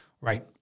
Right